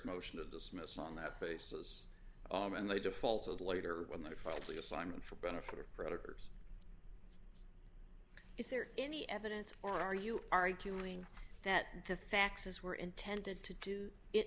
motion to dismiss on that basis and they defaulted later when they finally assignments for benefit or predators is there any evidence or are you arguing that to faxes were intended to do it